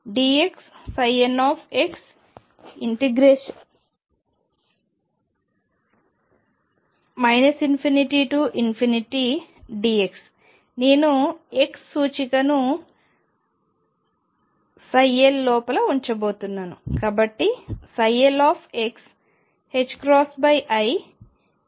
l ∞dxnx ∞dx నేను x సూచికను lలోపల ఉంచబోతున్నాను